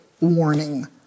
warning